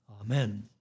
Amen